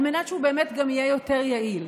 על מנת שהוא באמת גם יהיה יותר יעיל.